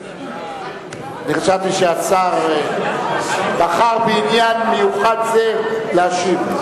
חשבתי שהשר בחר בעניין מיוחד זה להשיב.